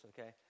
okay